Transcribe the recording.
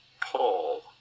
Paul